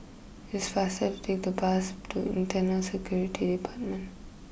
it's faster to take the bus to Internal Security Department